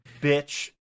bitch